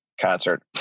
concert